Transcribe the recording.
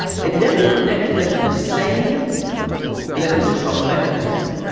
and then we connected them to the same electrical shock mechanism,